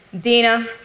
Dina